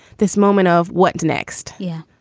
this moment of what next? yeah.